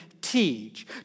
teach